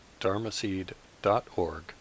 dharmaseed.org